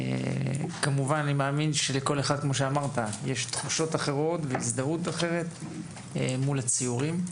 כמובן אני מאמין שלכל אחד יש תחושות אחרות והזדהות אחרת מול הציורים.